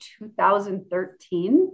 2013